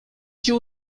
się